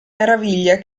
meraviglia